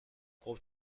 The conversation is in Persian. خوب